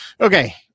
okay